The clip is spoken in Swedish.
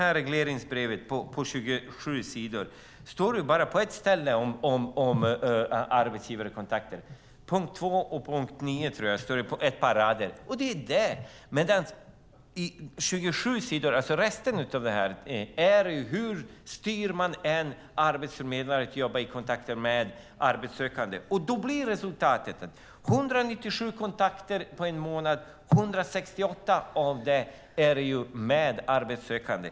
I regleringsbrevet på 27 sidor står det bara på ett par ställen om arbetsgivarkontakter. Jag tror att det står ett par rader under punkt 2 och punkt 9. Resten av detta är: Hur styr man en arbetsförmedlare i kontakter med arbetssökande? Då blir resultatet att av 197 kontakter på en månad är 168 med arbetssökande.